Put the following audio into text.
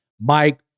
Mike